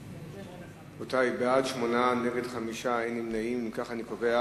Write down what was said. כך, אני קובע